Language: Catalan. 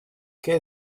què